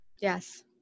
Yes